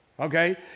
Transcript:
Okay